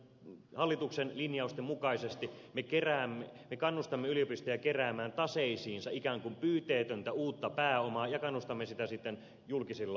mutta hallituksen linjausten mukaisesti me kannustamme yliopistoja keräämään taseisiinsa ikään kuin pyyteetöntä uutta pääomaa ja kannustamme sitä sitten julkisilla satsauksilla